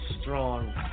strong